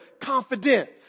confidence